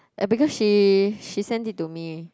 uh because she she send it to me